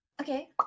Okay